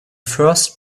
first